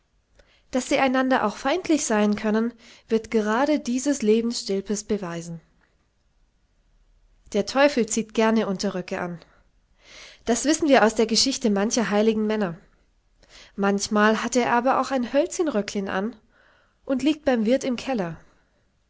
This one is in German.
daß sie einander auch feindlich sein können wird gerade dieses leben stilpes beweisen der teufel zieht gerne unterröcke an das wissen wir aus der geschichte mancher heiligen männer manchmal hat er aber auch ein hölzin röcklin an und liegt beim wirt im keller